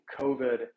COVID